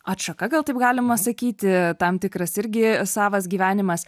atšaka gal taip galima sakyti tam tikras irgi savas gyvenimas